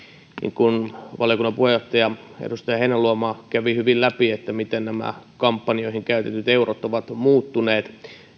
niin kuin valiokunnan puheenjohtaja edustaja heinäluoma kävi hyvin läpi miten nämä kampanjoihin käytetyt eurot ovat muuttuneet